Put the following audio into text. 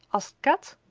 asked kat.